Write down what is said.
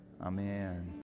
Amen